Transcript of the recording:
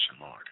lord